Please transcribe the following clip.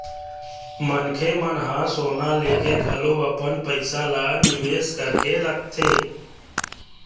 मनखे मन ह सोना लेके घलो अपन पइसा ल निवेस करके रखथे